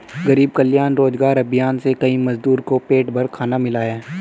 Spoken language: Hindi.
गरीब कल्याण रोजगार अभियान से कई मजदूर को पेट भर खाना मिला है